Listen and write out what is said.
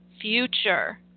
future